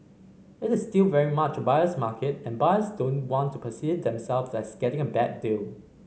it is still very much a buyer's market and buyers don't want to perceive themself as getting a bad deal